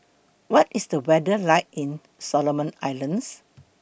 What IS The weather like in Solomon Islands